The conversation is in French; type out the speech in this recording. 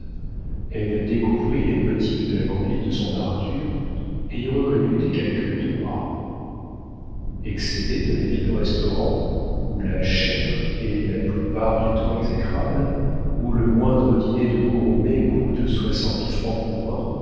elle découvrit les motifs de la conduite de son arthur et y reconnut des calculs de rat excédé de la vie de restaurant où la chère est la plupart du temps exécrable où le moindre dîner de gourmet coûte soixante francs pour un